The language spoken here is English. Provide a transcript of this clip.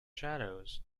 shadows